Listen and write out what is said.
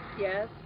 Yes